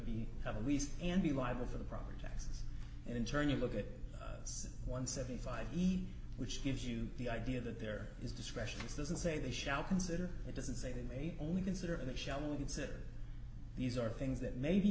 be have a lease and be liable for the property taxes and in turn you look at one hundred and seventy five each which gives you the idea that there is discretion which doesn't say they shall consider it doesn't say they may only consider the shall we consider these are things that may be